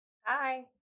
Hi